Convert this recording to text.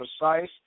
Precise